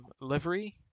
livery